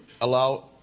allow